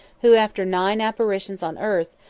who, after nine apparitions on earth,